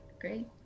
Great